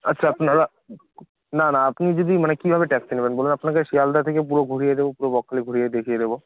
আচ্ছা আপনারা না না আপনি যদি মানে কীভাবে ট্যাক্সি নেবেন বলুন আপনাদের শিয়ালদহ থেকে পুরো ঘুরিয়ে দেবো পুরো বকখালি ঘুরিয়ে দেখিয়ে দেবো